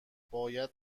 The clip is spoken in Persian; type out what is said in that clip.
باید